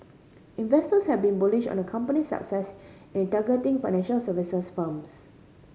investors have been bullish on the company's success in targeting financial services firms